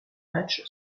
match